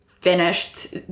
finished